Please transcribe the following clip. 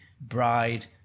bride